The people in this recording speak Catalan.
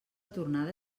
tornada